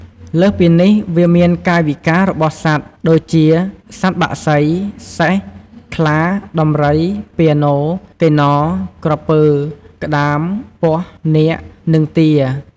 លើសពីនេះវាមានកាយវិការរបស់សត្វដូចជា សត្វបក្សី សេះ ខ្លា ដំរី ពានរ កិន្នរ ក្រពើ ក្តាម ពស់ នាគ និងទា។ល។